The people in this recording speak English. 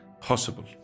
possible